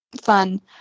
fun